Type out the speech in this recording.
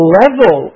level